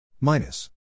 minus